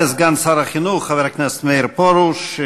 תודה לסגן שר החינוך חבר הכנסת מאיר פרוש.